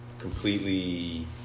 completely